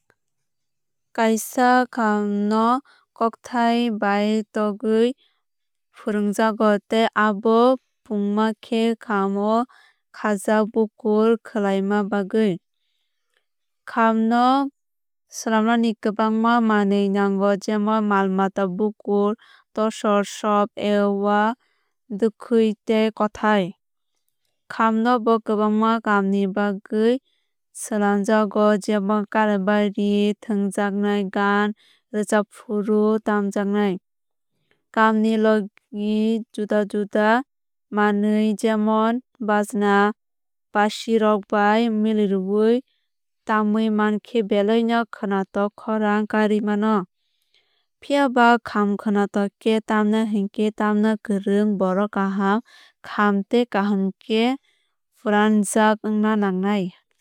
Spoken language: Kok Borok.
Kaisa kham no kothai bai togwui phwrwngjago tei abo pungma khe kham o khajak bukur kwlwuima bagwui. Kham no swlamnani kwbangma manwui nango jemon mal mata bukur tosor sorb a owa dwkhwui tei kothai. Kham no bo kwbangma kaam ni bagwui swlamjago jemon kailaibari thwngnai gaan rwchapfru tamjagnai. Kham ni logi juda juda manwui jemon bajna basi rok bai milirwui tamwui mankhe belai no kwnatok khorang kariui mano. Phiaba kham khwnatok khe tamna hinkhe tamna kwrung borok kaham kham tei kahamkhe fwranjak ongna nangnai.